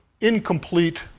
incomplete